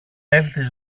έλθεις